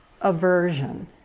Aversion